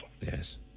Yes